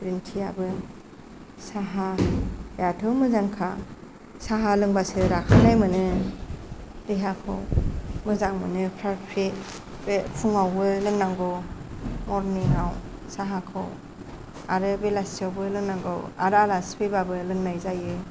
green tea आबो साहा आथ' मोजांखा साहा लोंबासो राखांनाय मोनो देहाखौ मोजां मोनो फ्राथ फ्रिथ फुंआवबो लोंनांगौ मरनिंआव साहाखौ आरो बेलासियावबो लोंनांगौ आरो आलासि फैबाबो लोंनाय जायो